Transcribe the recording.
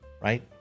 Right